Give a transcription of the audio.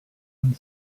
and